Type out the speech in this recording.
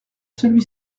celui